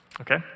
Okay